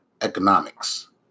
economics